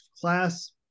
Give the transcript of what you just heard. class